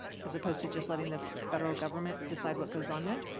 as opposed to just letting the federal government decide what goes on there.